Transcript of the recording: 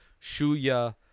shuya